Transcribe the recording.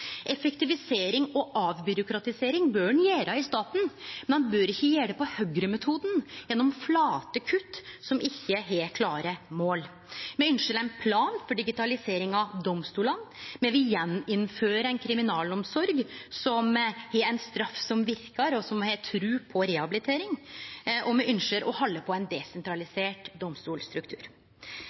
Effektivisering og avbyråkratisering bør ein gjere i staten, men ein bør ikkje gjere det med høgremetoden, gjennom flate kutt som ikkje har klare mål. Me ynskjer ein plan for digitalisering av domstolane. Me vil gjeninnføre ei kriminalomsorg som har ei straff som verkar, og som har tru på rehabilitering. Og me ynskjer å halde på ein desentralisert